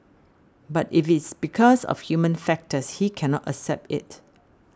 but if it's because of human factors he cannot accept it